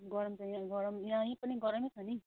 गरम त यहाँ गरम यहीँ पनि गरमै छ नि